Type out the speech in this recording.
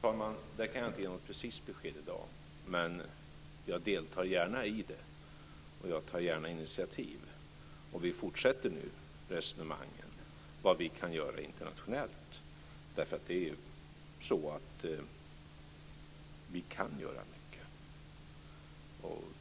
Fru talman! Jag kan inte ge något exakt besked i dag, men jag deltar gärna och jag tar gärna initiativ. Vi fortsätter nu resonemangen om vad vi kan göra internationellt, för vi kan göra mycket.